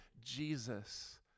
Jesus